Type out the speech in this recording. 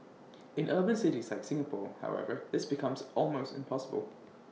in urban cities like Singapore however this becomes almost impossible